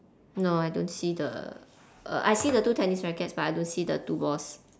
no I don't see the err I see the two tennis rackets but I don't see the two balls